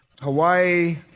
Hawaii